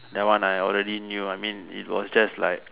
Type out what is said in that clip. that one I already knew I mean it was just like